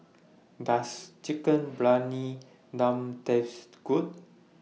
Does Chicken Briyani Dum Taste Good